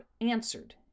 answered